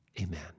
amen